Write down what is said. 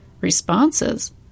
responses